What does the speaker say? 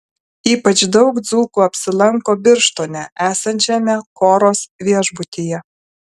ypač daug dzūkų apsilanko birštone esančiame koros viešbutyje